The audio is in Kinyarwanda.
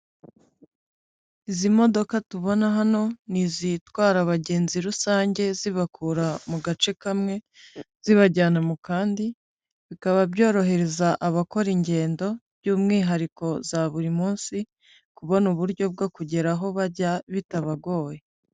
Izi modoka tubona hano, ni izitwara abagenzi rusange zibakura mu gace kamwe zibajyana mu kandi, bikaba byorohereza abakora ingendo by'umwihariko za buri munsi, kubona uburyo bwo kugera aho bajya bitabagoye.